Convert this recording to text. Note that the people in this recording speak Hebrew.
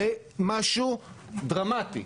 זה משהו דרמטי.